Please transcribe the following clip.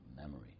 memory